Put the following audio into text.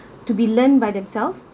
to be learned by themselves